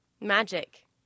Magic